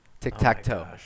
Tic-tac-toe